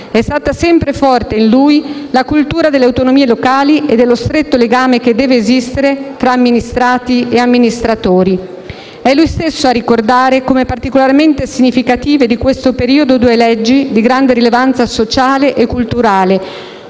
È stata sempre forte in lui la cultura delle autonomie locali e dello stretto legame che deve esistere fra amministrati e amministratori. È lui stesso a ricordare come particolarmente significative di questo periodo due leggi di grande rilevanza sociale e culturale.